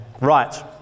right